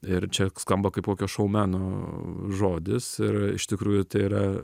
ir čia skamba kaip kokio šoumeno žodis ir iš tikrųjų tai yra